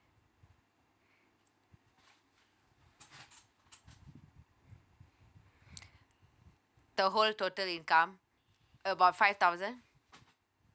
the whole total income about five thousand